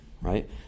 right